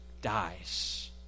dies